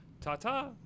Ta-ta